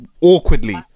awkwardly